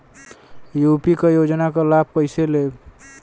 UP क योजना क लाभ कइसे लेब?